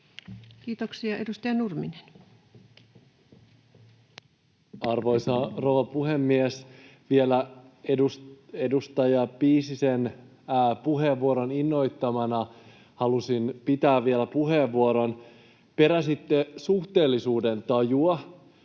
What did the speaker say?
Time: 21:17 Content: Arvoisa rouva puhemies! Edustaja Piisisen puheenvuoron innoittamana halusin pitää vielä puheenvuoron. Peräsitte suhteellisuudentajua,